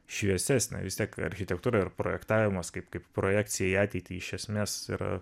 šviesesnė vis tiek architektūra ir projektavimas kaip kaip projekcija į ateitį iš esmės yra